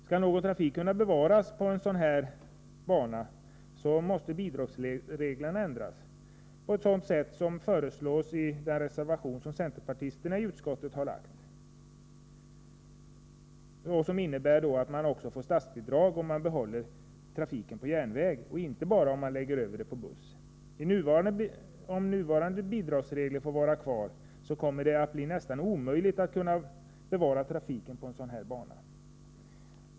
Skall någon trafik kunna bevaras på en sådan här bana, måste bidragsreglerna ändras på ett sådant sätt som föreslås i den reservation som centerpartisterna i utskottet har fogat till betänkandet. Det skulle innebära att man även får statsbidrag om man behåller trafiken på järnväg och inte bara om man lägger över den på buss. Om nuvarande bidragsregler får vara kvar kommer det att bli nästan omöjligt att bevara trafiken på en sådan här bana.